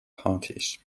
parties